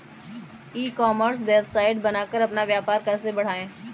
ई commerce website बनाकर अपना व्यापार कैसे बढ़ाएँ?